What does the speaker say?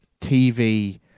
TV